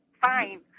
Fine